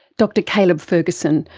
dr caleb ferguson,